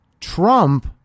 Trump